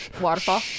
Waterfall